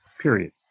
Period